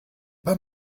pas